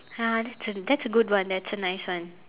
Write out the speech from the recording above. ya that's a that's a good one that's a nice one